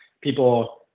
people